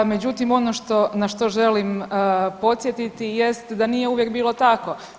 Međutim ono što, na što želim podsjetiti jest da nije uvijek bilo tako.